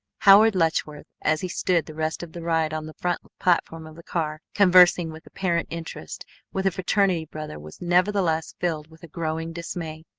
howard letchworth, as he stood the rest of the ride on the front platform of the car conversing with apparent interest with a fraternity brother, was nevertheless filled with a growing dismay.